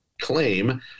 claim